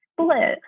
split